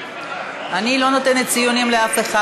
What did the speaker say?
אני לא נותנת ציונים לאף אחד.